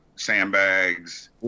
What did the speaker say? sandbags